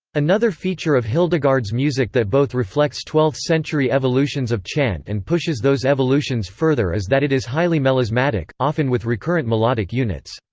another feature of hildegard's music that both reflects twelfth-century evolutions of chant and pushes those evolutions further is that it is highly melismatic, often with recurrent melodic units.